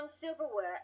silverware